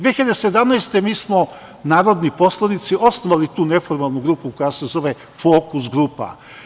Godine 2017. mi smo, narodni poslanici osnovali tu neformalnu grupu koja se zove „Fokus grupa“